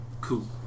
Cool